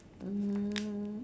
um